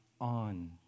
on